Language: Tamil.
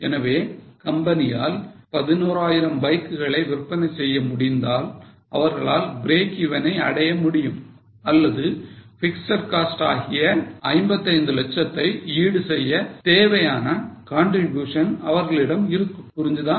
எனவே கம்பெனியால் 11000 பைக்களை விற்பனை செய்ய முடிந்தால் அவர்களால் breakeven ஐ அடைய முடியும் அல்லது பிக்ஸட் காஸ்ட் ஆகிய 55 லட்சத்தை ஈடு செய்ய தேவையான contribution அவர்களிடம் இருக்கும் புரிஞ்சுதா